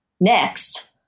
Next